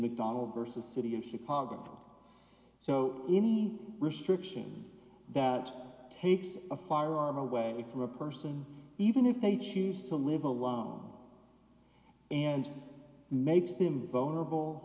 mcdonald vs city in chicago so any restriction that takes a firearm away from a person even if they choose to live alone and makes them vulnerable